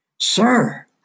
Sir